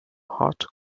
haute